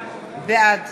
בעד